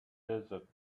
desert